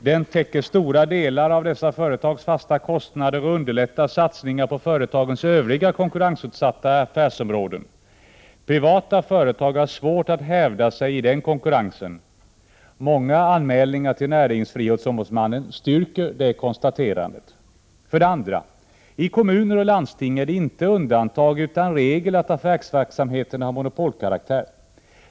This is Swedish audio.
Den täcker stora delar av dessa företags fasta kostnader och underlättar satsningar på företagens övriga, konkurrensutsatta affärsområden. Privata företag har svårt att hävda sig i den konkurrensen. Många anmälningar till näringsfrihetsombudsmannen styrker detta konstaterande. 2. I kommuner och landsting är det inte undantag utan regel att affärsverksamheterna har monopolkaraktär.